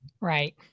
Right